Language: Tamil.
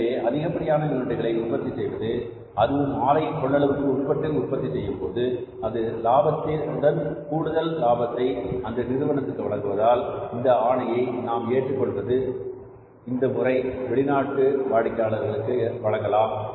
எனவே அதிகப்படியான யூனிட்களை உற்பத்தி செய்வது அதுவும் ஆலையின் கொள்ளளவுக்கு உட்பட்டு உற்பத்தி செய்யும் போது அது லாபத்துடன் கூடுதல் லாபத்தை அந்த நிறுவனத்திற்கு வழங்குவதால் இந்த ஆணையை நாம் ஏற்றுக் கொண்டு இந்த ஒரு முறை வெளிநாட்டு வாடிக்கையாளருக்கு வழங்கலாம்